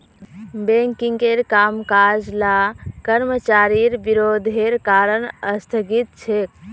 बैंकिंगेर कामकाज ला कर्मचारिर विरोधेर कारण स्थगित छेक